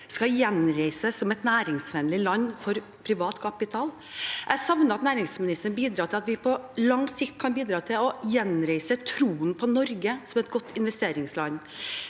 skal gjenreises som et næringsvennlig land for privat kapital. Jeg savner at næringsministeren bidrar til at vi på lang sikt kan gjenreise troen på Norge som et godt investeringsland.